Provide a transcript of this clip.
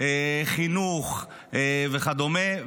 חינוך וכדומה,